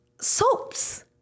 soaps